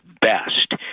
best